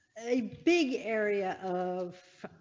a big area of.